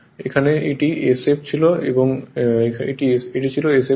এখানে এটি sf ছিল এখানে এটি sf হয়